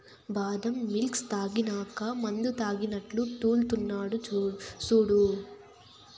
బాదం మిల్క్ తాగినాక మందుతాగినట్లు తూల్తున్నడు సూడు